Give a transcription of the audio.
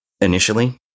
initially